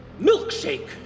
milkshake